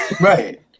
Right